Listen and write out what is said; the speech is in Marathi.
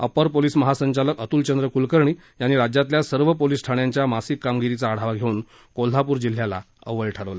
अप्पर पोलीस महासंचालक अत्ल चंद्र क्लकर्णी यांनी राज्यातल्या सर्व पोलीस ठाण्यांच्या मासिक कामगिरीचा आढावा घेऊन कोल्हापूर जिल्ह्याला अव्वल ठरवलं